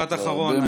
משפט אחרון.